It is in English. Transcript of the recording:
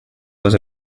was